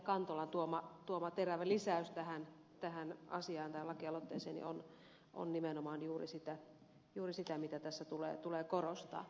kantolan tuoma terävä lisäys tähän asiaan tähän laki aloitteeseen on nimenomaan juuri sitä mitä tässä tulee korostaa